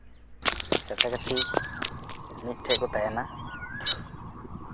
ᱠᱟᱪᱷᱟ ᱠᱟᱪᱷᱤ ᱢᱤᱫ ᱴᱷᱮᱱ ᱠᱚ ᱛᱟᱦᱮᱱᱟ